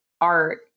art